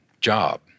job